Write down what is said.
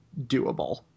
doable